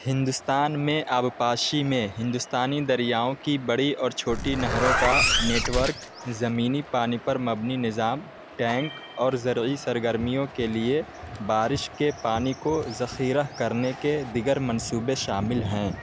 ہندوستان میں آبپاشی میں ہندوستانی دریاؤں کی بڑی اور چھوٹی نہروں کا نیٹ ورک زمینی پانی پر مبنی نظام ٹینک اور زرعی سرگرمیوں کے لیے بارش کے پانی کو ذخیرہ کرنے کے دیگر منصوبے شامل ہیں